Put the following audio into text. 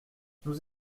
nous